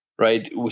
Right